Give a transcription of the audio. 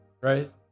Right